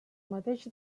mateix